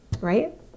right